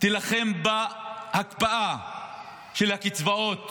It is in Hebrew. תילחם בהקפאה של הקצבאות